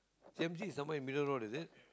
t_n_c is somewhere in middle road is it